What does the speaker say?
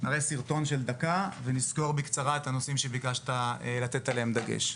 נראה סרטון של דקה ונסקור בקצרה את הנושאים שביקשת לתת עליהם דגש.